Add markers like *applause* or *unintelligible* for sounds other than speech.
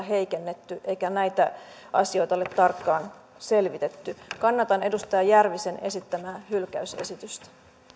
*unintelligible* heikennetty eikä näitä asioita ole tarkkaan selvitetty kannatan edustaja järvisen esittämää hylkäysesitystä